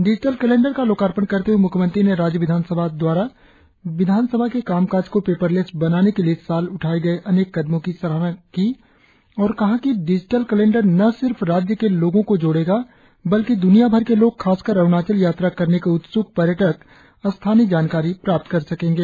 digital calendar का लोकर्पण करते हए म्ख्यमंत्री ने राज्य विधानसभा द्वारा विधानसभा के कामकाज को पेपरलेस बनाने के लिए इस साल उठाएं गए अनेक कदमों की सराहना करते हए कहा कि डिजिटल कैलेंडर न सिर्फ राज्य के लोगो को जोड़ेगा बल्कि द्रनियाभर के लोग खासकर अरुणाचल यात्रा करने के उत्सुक पर्यटक स्थानीय जानकारी प्राप्त कर सकेंगे